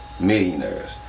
Millionaires